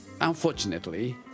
unfortunately